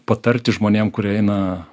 patarti žmonėm kurie eina